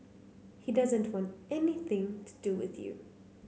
he doesn't want anything to do with you